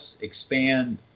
expand